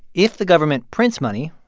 if the government prints money,